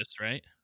right